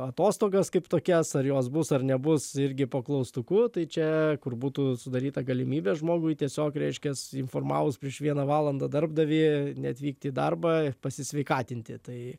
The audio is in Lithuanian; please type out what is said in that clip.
atostogas kaip tokias ar jos bus ar nebus irgi po klaustuku čia kur būtų sudaryta galimybė žmogui tiesiog reiškias informavus prieš vieną valandą darbdavį neatvykti į darbą pasisveikatinti tai